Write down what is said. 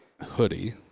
hoodie